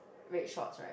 red shorts right